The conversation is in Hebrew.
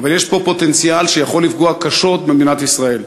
אבל יש פה פוטנציאל שיכול לפגוע קשות במדינת ישראל.